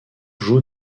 joue